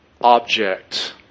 object